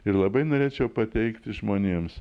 ir labai norėčiau pateikti žmonėms